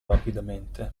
rapidamente